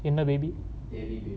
Theri baby